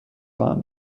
خواهم